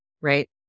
Right